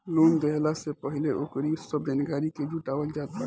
loan देहला से पहिले ओकरी सब जानकारी के जुटावल जात बाटे